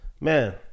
Man